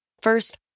First